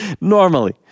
normally